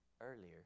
earlier